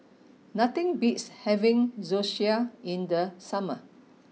nothing beats having Zosui in the summer